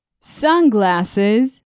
Sunglasses